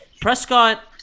Prescott